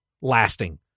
lasting